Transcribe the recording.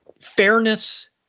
fairness